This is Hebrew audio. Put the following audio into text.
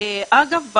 אגב,